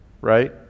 right